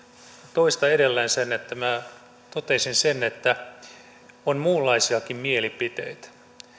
toistan edelleen sen että minä totesin että on muunkinlaisia mielipiteitä